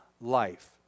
life